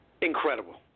Incredible